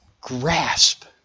grasp